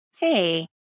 Hey